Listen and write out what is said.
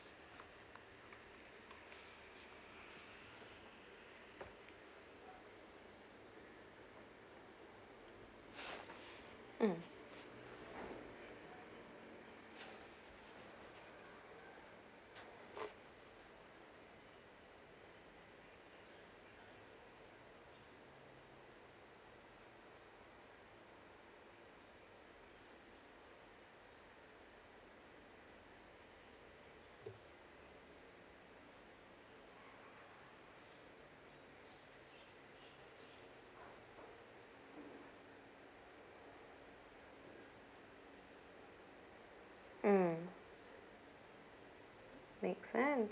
mm mm make sense